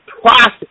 process